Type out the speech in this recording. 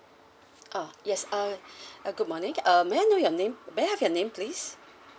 ah yes uh uh good morning uh may I know your name may I have your name please